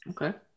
Okay